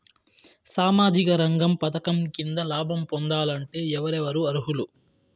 సామాజిక రంగ పథకం కింద లాభం పొందాలంటే ఎవరెవరు అర్హులు?